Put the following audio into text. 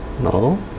no